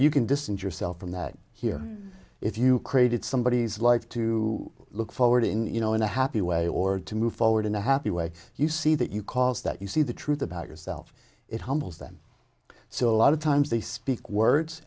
you can distance yourself from that here if you created somebodies life to look forward in you know in a happy way or to move forward in a happy way you see that you cause that you see the truth about yourself it humbles them so a lot of times they speak words